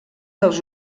dels